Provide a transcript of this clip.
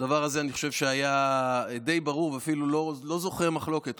הדבר הזה היה די ברור, ואפילו אני לא זוכר מחלוקת.